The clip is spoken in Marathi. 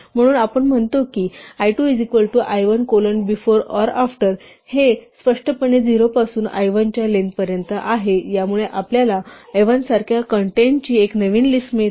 म्हणून आपण म्हणतो की l2 is equal to l1 colon before or after हे स्पष्टपणे 0 पासून l1 च्या लेंग्थ पर्यंत आहे आणि यामुळे आपल्याला l1 सारख्याच कन्टेन्टची एक नवीन लिस्ट मिळते